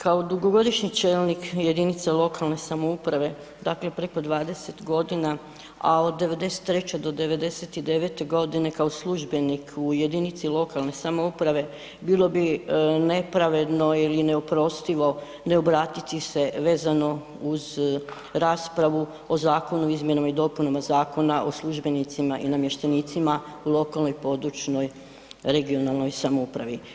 Kao dugogodišnji čelnik jedinice lokalne samouprave dakle preko 20 godina, a od '93. do '99. godine kao službenik u jedinici lokalne samouprave bilo bi nepravedno ili neoprostivo ne obratiti se vezano uz raspravu o Zakonu o izmjenama i dopunama Zakona o službenicima i namještenicima u lokalnoj i područnoj (regionalnoj) samoupravi.